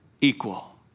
equal